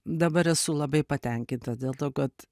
dabar esu labai patenkinta dėl to kad